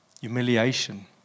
humiliation